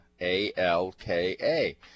A-L-K-A